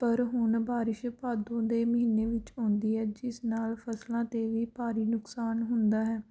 ਪਰ ਹੁਣ ਬਾਰਿਸ਼ ਭਾਦੋਂ ਦੇ ਮਹੀਨੇ ਵਿੱਚ ਆਉਂਦੀ ਹੈ ਜਿਸ ਨਾਲ ਫਸਲਾਂ 'ਤੇ ਵੀ ਭਾਰੀ ਨੁਕਸਾਨ ਹੁੰਦਾ ਹੈ